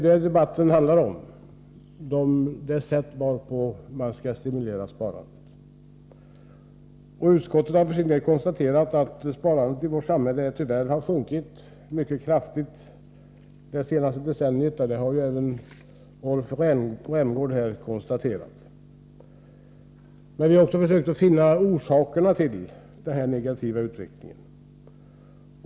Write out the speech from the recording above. Utskottet har för sin del konstaterat att sparandet i vårt samhälle tyvärr har sjunkit mycket kraftigt det senaste decenniet, och detta har även Rolf Rämgård konstaterat här. Men vi har också försökt finna orsakerna till denna negativa utveckling.